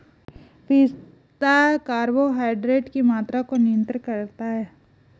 पिस्ता कार्बोहाइड्रेट की मात्रा को नियंत्रित करता है